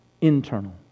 internal